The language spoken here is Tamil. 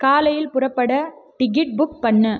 காலையில் புறப்பட டிக்கெட் புக் பண்ணு